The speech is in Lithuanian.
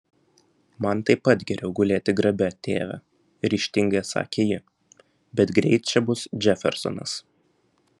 man taip pat geriau gulėti grabe tėve ryžtingai atsakė ji bet greit čia bus džefersonas